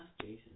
Jason